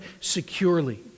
securely